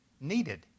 needed